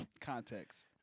Context